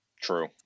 true